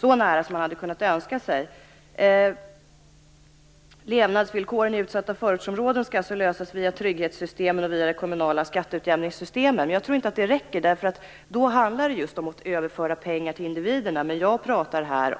så nära som man hade kunnat önska sig. Frågan om levnadsvillkoren i utsatta förortsområden skall alltså lösas via trygghetssystemen och det kommunala skatteutjämningssystemet. Jag tror inte att det räcker, därför att det då handlar just om att överföra pengar till individerna.